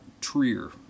Trier